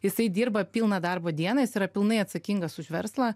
jisai dirba pilną darbo dieną jis yra pilnai atsakingas už verslą